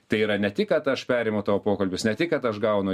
tai yra ne tik kad aš perimu tavo pokalbius ne tik kad aš gaunu